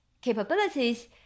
capabilities